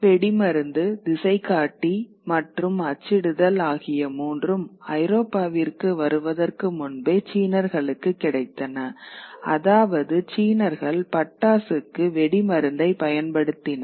வெடிமருந்து திசைகாட்டி மற்றும் அச்சிடுதல் ஆகிய மூன்றும் ஐரோப்பாவிற்கு வருவதற்கு முன்பே சீனர்களுக்கு கிடைத்தன அதாவது சீனர்கள் பட்டாசுக்கு வெடி மருந்தை பயன்படுத்தினர்